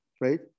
right